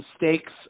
mistakes